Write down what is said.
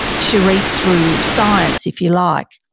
sherif through science, if you like.